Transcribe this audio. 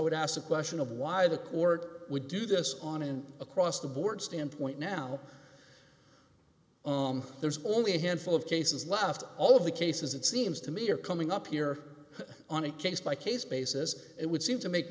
would ask the question of why the court would do this on an across the board standpoint now there's only a handful of cases left all of the cases it seems to me are coming up here on a case by case basis it would seem to make